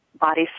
body